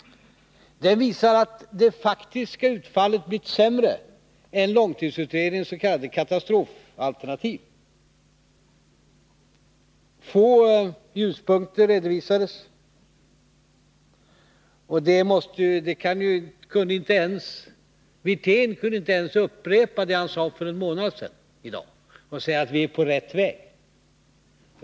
Den visar att det faktiska utfallet blivit sämre än långtidsutredningenss.k. katatrofalternativ. Få ljuspunkter redovisades. Rolf Wirtén kunde i dag inte ens upprepa vad han sade för en månad sedan och påstå att vi är på rätt väg.